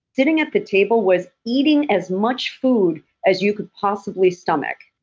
sitting at the table was eating as much food as you could possibly stomach.